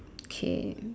okay